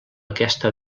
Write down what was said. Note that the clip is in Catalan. aquesta